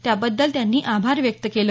त्या बद्दल त्यांनी आभार व्यक्त केले